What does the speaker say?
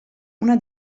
una